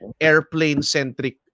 airplane-centric